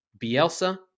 Bielsa